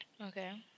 Okay